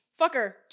fucker